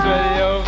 Radio